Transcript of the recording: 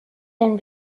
den